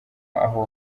aho